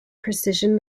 precision